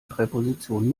präposition